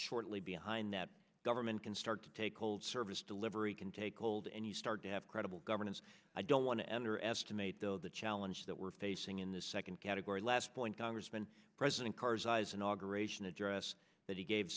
shortly behind that government can start to take hold service delivery can take hold and you start to have credible governance i don't want to underestimate though the challenge that we're facing in this second category last point congressman president karzai his inauguration address that he gave